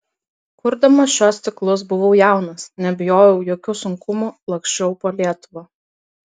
kurdamas šiuos ciklus buvau jaunas nebijojau jokių sunkumų laksčiau po lietuvą